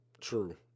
True